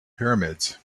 pyramids